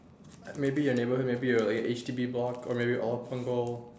maybe a neighborhood or maybe a H_D_B block or maybe Punggol